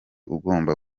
ugomba